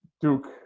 Duke